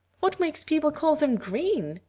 what makes people call them green?